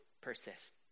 persist